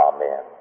Amen